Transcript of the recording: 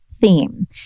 theme